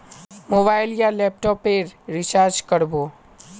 Mobile या laptop पेर recharge कर बो?